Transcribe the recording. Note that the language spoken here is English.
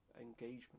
engagement